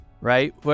right